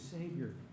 Savior